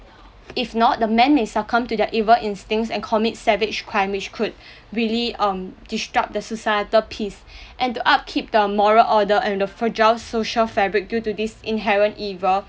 if not the man may succumb to their evil instincts and commit savage crime which could really um disrupt the societal peace and to upkeep the moral order and the fragile social fabric due to this inherent evil